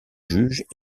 juges